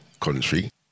country